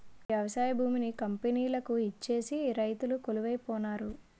వ్యవసాయ భూమిని కంపెనీలకు ఇచ్చేసి రైతులు కొలువై పోనారు